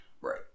Right